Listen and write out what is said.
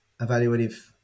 evaluative